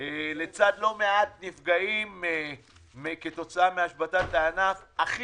לצד לא מעט נפגעים כתוצאה מהשבתת הענף הכי